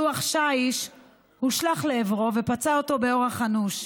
לוח שיש הושלך לעברו פצע אותו באורח אנוש.